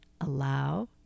allow